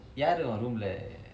யாரு உன்:yaaru un room இல்ல:illa